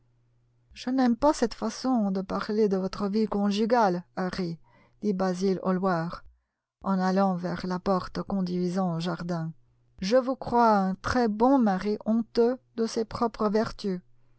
je n'aime pas cette façon de parler de votre vie conjugale harry dit basil hallward en allant vers la porte conduisant au jardin je vous crois un très bon mari honteux de ses propres vertus